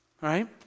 right